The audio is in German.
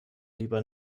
lieber